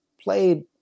played